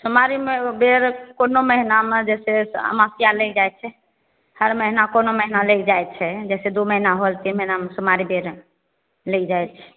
सोमबारीमे एगो बेर कोनो महिनामे जैसे आमावस्या लगि जाइत छै हर महिना कोनो महिना लगि जाइत छै जैसे दू महिना होल तीन महिनामे सोमबारी बेर लगि जाइत छै